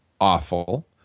awful